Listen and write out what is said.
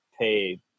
pay